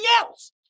else